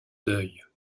deuil